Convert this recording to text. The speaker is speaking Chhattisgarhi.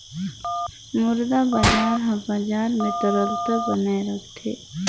मुद्रा बजार हर बजार में तरलता बनाए राखथे